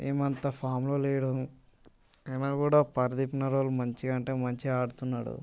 ఏం అంత ఫాంలో లేడు అయినా కూడా పరదీప్నరవల్ మంచిగా అంటే మంచిగా ఆడుతున్నాడు